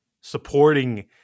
supporting